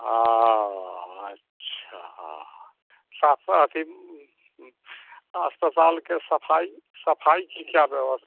और अच्छा हाँ साफ़ अथी अस्पताल के सफ़ाई सफ़ाई की क्या व्यवस्था